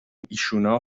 ایشونا